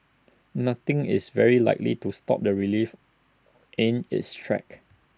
nothing is very likely to stop the relief in its tracks